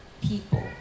people